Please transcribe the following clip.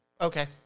Okay